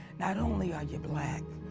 not only are you black,